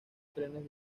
trenes